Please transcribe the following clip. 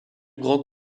grand